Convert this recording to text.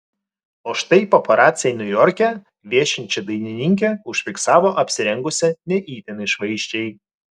o štai paparaciai niujorke viešinčią dainininkę užfiksavo apsirengusią ne itin išvaizdžiai